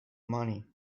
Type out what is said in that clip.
money